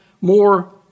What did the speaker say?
more